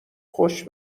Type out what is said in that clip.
خوش